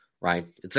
right